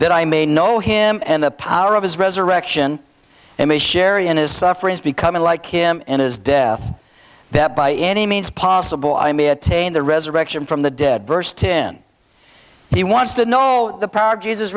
that i may know him and the power of his resurrection and the sherry and his sufferings becoming like him and his death that by any means possible i may attain the resurrection from the dead verse ten he wants to know all the power of jesus